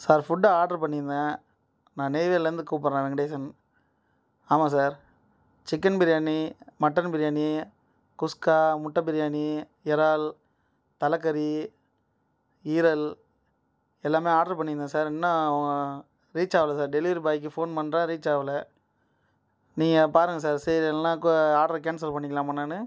sir food order பண்ணியிருந்தேன் நான் நெய்வேலிலேயிருந்து கூப்பிடுறேன் வெங்கடேசன் ஆமாம் sir chicken biryani mutton biryani குஸ்கா முட்டை பிரியாணி இறால் தலைக்கறி ஈரல் எல்லாமே ஆர்டர் பண்ணிருந்தேன் சார் இன்னும் ரீச் ஆகலை சார் டெலிவரி பாய்க்கு ஃபோன் பண்ணுற ரீச் ஆகல நீங்கள் பாருங்கள் சார் சரி இல்லைன்னாக்கா ஆர்டரை கேன்சல் பண்ணிக்கலாமா நானு